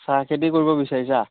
চাহখেতি কৰিব বিচাৰিছা